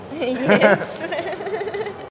Yes